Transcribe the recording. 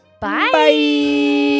Bye